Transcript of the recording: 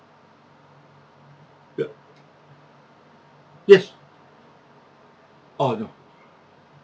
the yes orh no